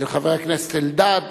של חבר הכנסת אלדד,